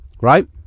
right